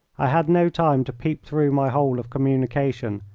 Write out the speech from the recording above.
i had no time to peep through my hole of communication,